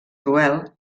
cruel